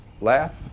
laugh